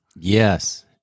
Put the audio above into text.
Yes